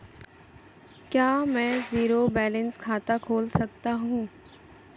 क्या मैं zero balance खाता खोल सकता हूँ?